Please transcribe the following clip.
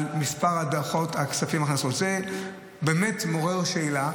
על מספר הדוחות, הכספים, זה באמת מעורר שאלה.